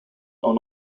are